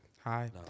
Hi